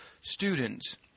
students